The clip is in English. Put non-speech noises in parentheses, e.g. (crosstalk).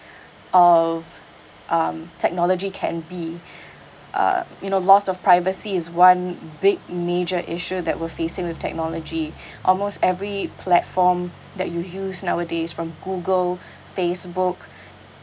of um technology can be (breath) uh you know loss of privacy is one big major issue that we're facing with technology (breath) almost every platform that you use nowadays from Google Facebook